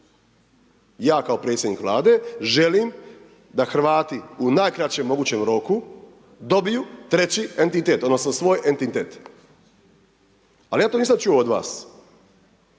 ja kao predsjednik Vlade želim da Hrvati u najkraćem mogućem roku dobiju treći entitet, odnosno svoj entitet. Ali ja to nisam čuo od vas.